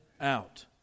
out